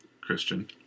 Christian